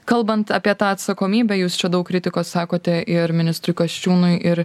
kalbant apie tą atsakomybę jūs čia daug kritikos sakote ir ministrui kasčiūnui ir